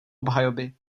obhajoby